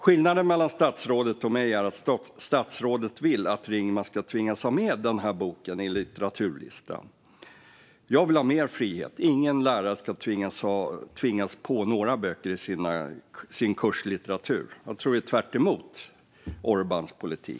Skillnaden mellan statsrådet och mig är att statsrådet vill att Ringmar ska tvingas ha med boken i litteraturlistan medan jag vill ha mer frihet. Ingen lärare ska bli påtvingad böcker i sin kurslitteratur. Jag tror att det är tvärtemot Orbáns politik.